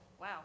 Wow